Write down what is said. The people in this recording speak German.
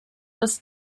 des